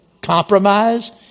compromise